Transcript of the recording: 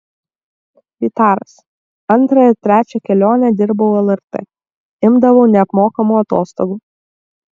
vytaras antrą ir trečią kelionę dirbau lrt imdavau neapmokamų atostogų